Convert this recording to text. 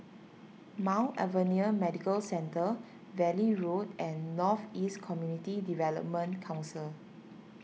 Mount Alvernia Medical Centre Valley Road and North East Community Development Council